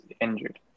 injured